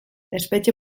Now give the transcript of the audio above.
espetxe